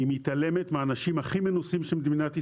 היא מתעלמת מהאנשים הכי מנוסים של מדינת ישראל: